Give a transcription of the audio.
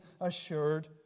assured